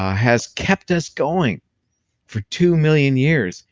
ah has kept us going for two million years.